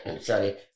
Sorry